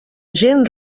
gent